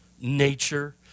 nature